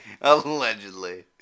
allegedly